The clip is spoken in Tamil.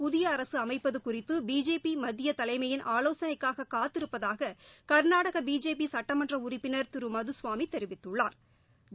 புதிய அரசு அமைப்பதுகுறித்துபிஜேபிமத்தியதலைமையின் ஆலோசனைக்காககாத்திருப்பதாகக்நாடகபிஜேபிசுட்டமன்றஉறுப்பினா் திருமதுகவாமிதெரிவித்துள்ளாா்